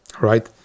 right